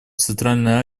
центральной